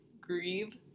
grieve